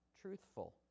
truthful